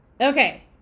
okay